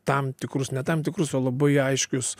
tam tikrus ne tam tikrus o labai aiškius